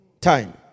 time